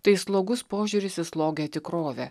tai slogus požiūris į slogią tikrovę